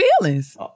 feelings